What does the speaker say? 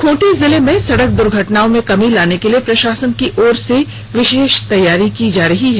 खूंटी जिले में सड़क दुर्घटनाओं में कमी लाने के लिए प्रशासन की ओर से विशेष तैयारी की जा रही है